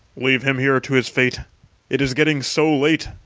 leave him here to his fate it is getting so late!